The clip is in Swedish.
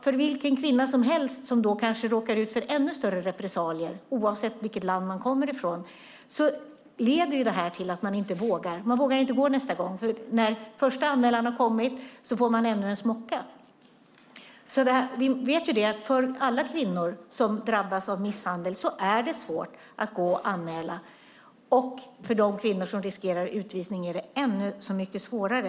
För vilken kvinna som helst som råkar ut för ännu större repressalier, oavsett vilket land hon kommer från, leder det till att hon inte vågar nästa gång. När första anmälan har gjorts får hon ännu en smocka. Vi vet att för alla kvinnor som drabbas av misshandel är det svårt att anmäla. För de kvinnor som riskerar utvisning är det ännu svårare.